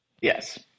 Yes